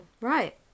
Right